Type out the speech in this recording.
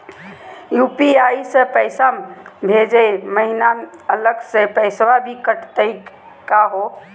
UPI स पैसवा भेजै महिना अलग स पैसवा भी कटतही का हो?